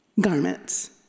garments